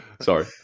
Sorry